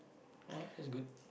oh that's good